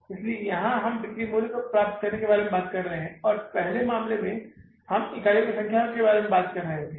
इसलिए यहां हम बिक्री के मूल्य के बारे में बात कर रहे हैं और पहले मामले में हम इकाइयों की संख्या के बारे में बात कर रहे हैं